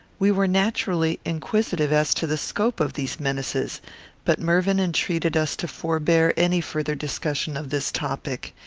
we were naturally inquisitive as to the scope of these menaces but mervyn entreated us to forbear any further discussion of this topic.